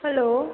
hello